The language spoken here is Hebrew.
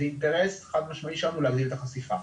זה אינטרס חד משמעי שלנו להגדיל את החשיפה,